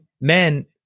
men